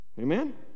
Amen